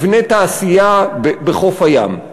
להקים מבני תעשייה בחוף הים,